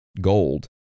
gold